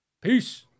Peace